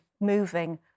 moving